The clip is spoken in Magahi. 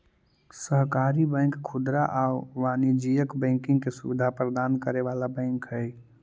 सहकारी बैंक खुदरा आउ वाणिज्यिक बैंकिंग के सुविधा प्रदान करे वाला बैंक हइ